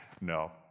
No